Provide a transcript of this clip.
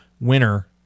winner